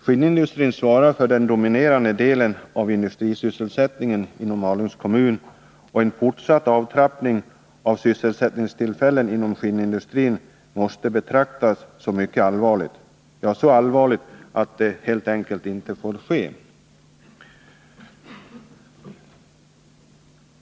Skinnindustrin svarar för den dominerande delen av industrisysselsättningen inom Malungs kommun, och en fortsatt avtrappning av sysselsättningstillfällena inom skinnindustrin måste betraktas som mycket allvarlig, ja, så allvarlig att något sådant helt enkelt inte får ske.